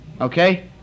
Okay